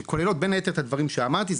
שכוללות בין היתר את הדברים שאמרתי,